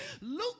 Luke